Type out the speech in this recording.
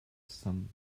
some